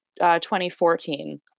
2014